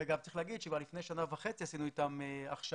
וגם צריך להגיד שכבר לפני שנה וחצי עשינו איתם הכשרה,